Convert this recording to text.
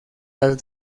las